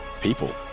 people